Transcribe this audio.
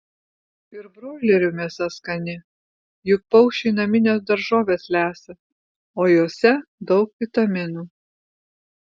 ir broilerių mėsa skani juk paukščiai namines daržoves lesa o jose daug vitaminų